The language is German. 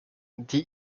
die